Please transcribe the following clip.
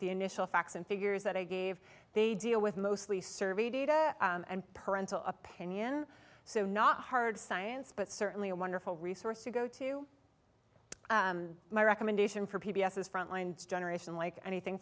the initial facts and figures that i gave they deal with mostly survey data and parental opinion so not hard science but certainly a wonderful resource to go to my recommendation for p b s s frontline generation like anything